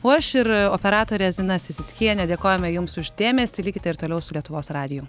o aš ir operatorė zina sesickienė dėkojame jums už dėmesį likite ir toliau su lietuvos radiju